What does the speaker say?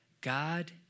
God